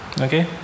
Okay